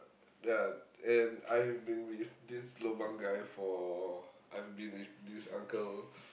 ah and I've been with this lobang guy for I've been with this uncle